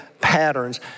patterns